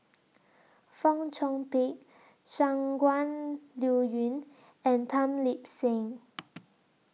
Fong Chong Pik Shangguan Liuyun and Tan Lip Seng